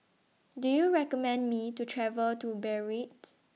Do YOU recommend Me to travel to Beirut